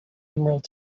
emerald